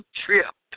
trip